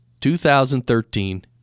2013